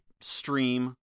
stream